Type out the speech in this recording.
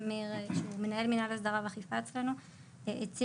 בגלל שהיה מחסור